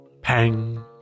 Pang